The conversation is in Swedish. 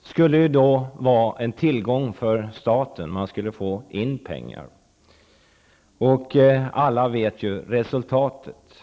skulle vara en tillgång för staten, man skulle få in pengar. Alla vet ju resultatet.